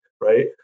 right